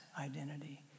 identity